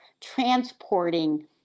transporting